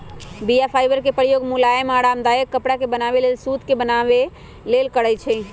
बीया फाइबर के प्रयोग मुलायम आऽ आरामदायक कपरा के बनाबे लेल सुत के बनाबे लेल करै छइ